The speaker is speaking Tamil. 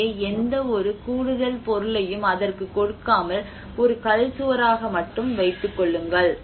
எனவே எந்தவொரு கூடுதல் பொருளையும் அதற்கு கொடுக்காமல் ஒரு கல் சுவராக மட்டும் வைத்துக் கொள்ளுங்கள்